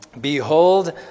Behold